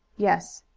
yes.